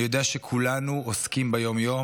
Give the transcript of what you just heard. אני יודע שכולנו עוסקים ביום-יום.